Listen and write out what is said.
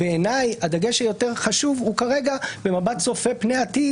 בעיניי הדגש היותר חשוב הוא כרגע במבט צופה פני עתיד,